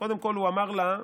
קודם כול הוא אמר לה,